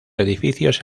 edificios